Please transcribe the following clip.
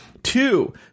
Two